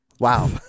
Wow